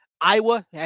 Iowa